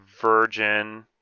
virgin